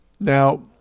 Now